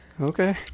Okay